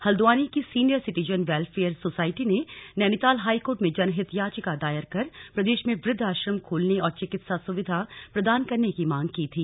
हल्द्वानी की senior citizen welfare society ने Nainital high court में जनहित याचिका दायर कर प्रदेश में वृद्धआश्रम खोलने और चिक्तिसा सुविधा प्रदान करने की मांग की थी